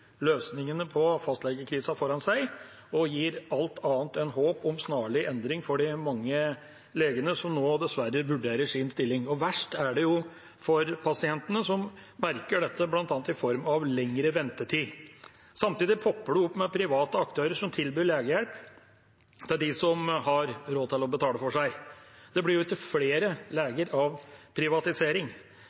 løsningene på fastlegekrisen foran seg og gir alt annet enn håp om en snarlig endring for de mange legene som nå dessverre vurderer sin stilling. Verst er det for pasientene, som merker dette bl.a. i form av lengre ventetid. Samtidig popper det opp private aktører som tilbyr legehjelp til dem som har råd til å betale for seg. Det blir jo ikke flere leger av privatisering.